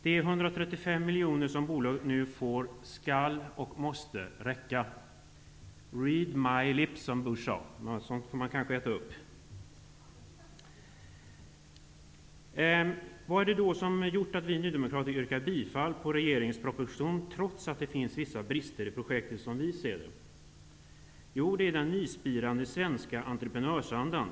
De 135 miljoner kronor som bolaget nu får skall, och måste, räcka. ''Read my lips'' -- som Bush sade. Men ett sådant uttalande får man kanske äta upp. Vad är det då som gör att vi nydemokrater yrkar bifall till regeringens proposition, trots att det, enligt vår uppfattning, finns vissa brister i projektet? Jo, det är den nyspirande svenska entreprenörsandan.